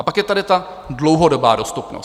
Pak je tady ta dlouhodobá dostupnost.